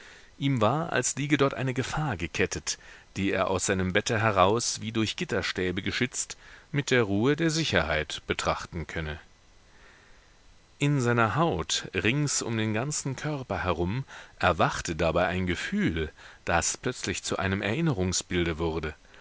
ihm war als liege dort eine gefahr gekettet die er aus seinem bette heraus wie durch gitterstäbe geschützt mit der ruhe der sicherheit betrachten könne in seiner haut rings um den ganzen körper herum erwachte dabei ein gefühl das plötzlich zu einem erinnerungsbilde wurde